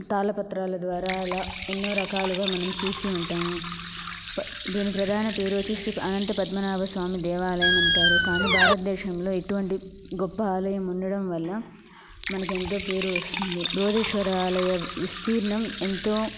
తాళ్లపత్రాల ద్వారా అలా ఎన్నో రకాలుగా మనము చూసి ఉంటాము దీని ప్రధాన పేరు వచ్చేసి శ్రీ అనంత పద్మనాభ స్వామి దేవాలయము అంటారు కాని భారతదేశంలో ఇటువంటి గొప్ప ఆలయం ఉండడం వల్ల మనకి ఎంతో పేరు వస్తుంది బృహదీశ్వర ఆలయము విస్తీర్ణం ఎంతో